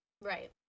right